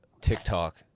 TikTok